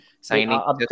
signing